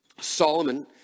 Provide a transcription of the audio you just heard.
Solomon